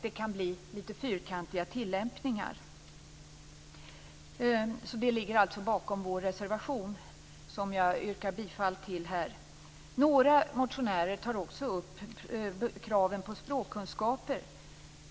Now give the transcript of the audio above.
Det kan bli lite fyrkantiga tillämpningar. Det ligger alltså bakom vår reservation, som jag härmed yrkar bifall till. Några motionärer tar också upp kraven på språkkunskaper.